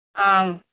అవును